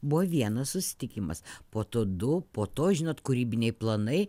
buvo vienas susitikimas po to du po to žinot kūrybiniai planai